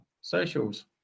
socials